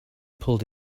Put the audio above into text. pulled